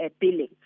billing